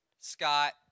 Scott